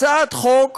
הצעת חוק